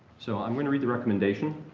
so i'm going to read the recommendation